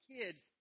kids